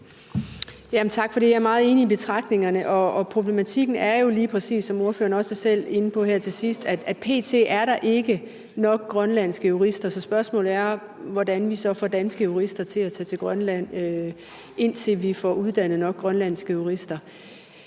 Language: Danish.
Tak for det. Jeg er meget enig i betragtningerne, og problematikken er jo lige præcis, som ordføreren også selv er inde på her til sidst, at p.t. er der ikke nok grønlandske jurister. Så spørgsmålet er, hvordan vi så får danske jurister til at tage til Grønland, indtil vi får uddannet nok grønlandske jurister.